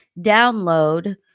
download